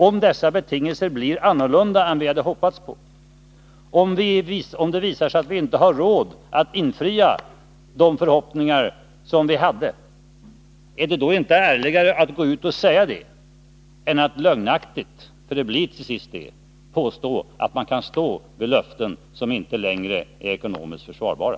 Om dessa betingelser blir annorlunda än vi hade hoppats på, om det visar sig att vi inte har råd att infria de förhoppningar som vi hade, är det då inte ärligare att gå ut och säga det än att lögnaktigt — för det blir till sist det — påstå att man kan stå vid löften som inte längre är ekonomiskt försvarbara?